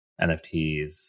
NFTs